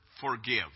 forgive